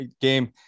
game